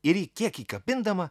ir ji kiek įkabindama